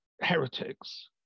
heretics